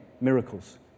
miracles